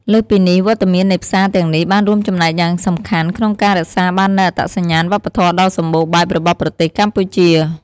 លើសពីនេះ វត្តមាននៃផ្សារទាំងនេះបានរួមចំណែកយ៉ាងសំខាន់ក្នុងការរក្សាបាននូវអត្តសញ្ញាណវប្បធម៌ដ៏សម្បូរបែបរបស់ប្រទេសកម្ពុជា។